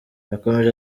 yakomeje